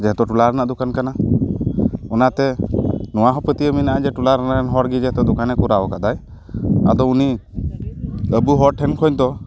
ᱡᱮᱦᱮᱛᱩ ᱴᱚᱞᱟ ᱨᱮᱱᱟᱜ ᱫᱚᱠᱟᱱ ᱠᱟᱱᱟ ᱚᱱᱟᱛᱮ ᱱᱚᱣᱟ ᱦᱚᱸ ᱯᱟᱹᱛᱭᱟᱹᱣ ᱢᱮᱱᱟᱜᱼᱟ ᱡᱮ ᱴᱚᱞᱟ ᱨᱮᱱ ᱦᱚᱲ ᱜᱮ ᱛᱚ ᱫᱚᱠᱟᱱᱮ ᱠᱚᱨᱟᱣ ᱠᱟᱫᱟᱭ ᱟᱫᱚ ᱩᱱᱤ ᱟᱵᱚ ᱦᱚᱲ ᱴᱷᱮᱱ ᱠᱷᱚᱱ ᱫᱚ